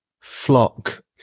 flock